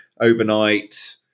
overnight